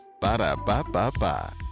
Ba-da-ba-ba-ba